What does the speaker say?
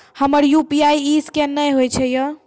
हमर यु.पी.आई ईसकेन नेय हो या?